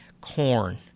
corn